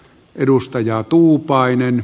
edustaja tuupainen